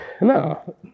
No